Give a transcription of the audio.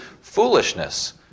foolishness